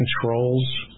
controls